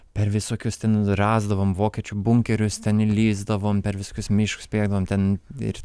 per visokius ten rasdavom vokiečių bunkerius ten įlįsdavom per visokius miškus bėgdavom ten ir